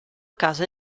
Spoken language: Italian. casa